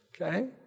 okay